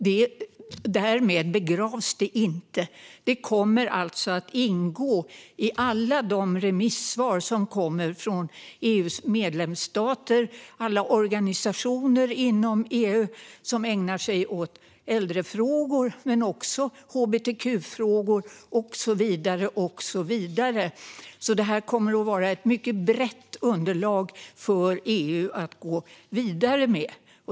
Men därmed begravs det inte, utan det kommer att ingå i alla de remissvar som kommer från EU:s medlemsstater och från alla organisationer inom EU som ägnar sig åt äldrefrågor men också hbtq-frågor och så vidare. Det här kommer att vara ett mycket brett underlag för EU att gå vidare med.